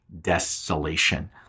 desolation